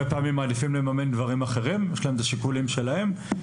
פעמים דברים אחרים יש להם השיקולים שלהם.